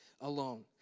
alone